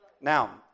Now